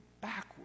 backwards